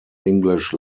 english